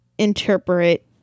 interpret